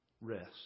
Rest